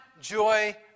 joy